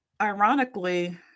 Ironically